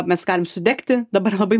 mes galim sudegti dabar labai